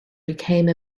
became